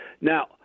Now